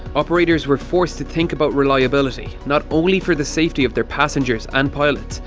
operators were forced to think about reliability not only for the safety of their passengers and pilots,